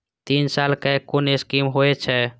तीन साल कै कुन स्कीम होय छै?